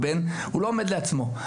הוא לא עומד לעצמו.